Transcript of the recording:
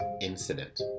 incident